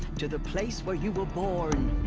to the place where you were born!